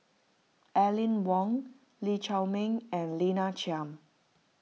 Aline Wong Lee Chiaw Meng and Lina Chiam